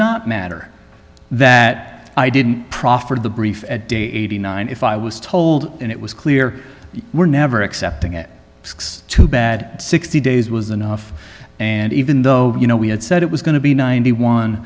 not matter that i didn't proffered the brief a day eighty nine if i was told and it was clear we're never accepting it too bad sixty days was enough and even though you know we had said it was going to be ninety one